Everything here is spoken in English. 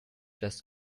just